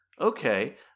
okay